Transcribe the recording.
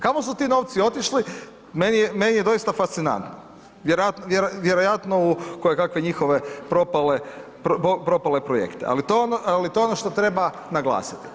Kamo su ti novci otišli, meni je doista fascinantno, vjerojatno u kojekakve njihove propale projekte, ali to je ono što treba naglasiti.